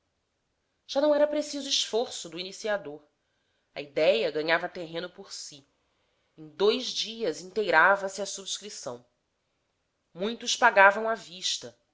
já não era preciso esforço do iniciador a idéia ganhava terreno por si em dois dias inteirava se a subscrição muitos pegavam à vista